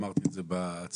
אמרתי את זה בהצעה,